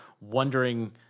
wondering